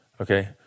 Okay